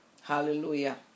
Hallelujah